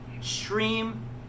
stream